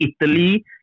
Italy